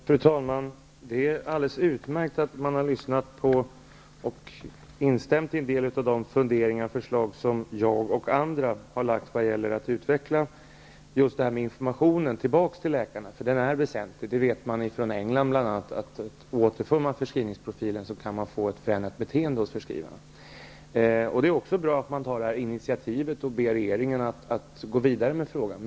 Fru talman! Det är alldeles utmärkt att man har lyssnat på och instämt i en del av de funderingar och förslag som jag och andra har lagt fram när det gäller att utveckla detta med informationen tillbaka till läkarna. Den är väsentlig. Det vet man bl.a. från England, att om information om förskrivningsprofilen återförs, kan man få ett förändrat beteende hos förskrivarna. Det är också bra att man tar ett initiativ och ber regeringen gå vidare med frågan.